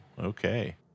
okay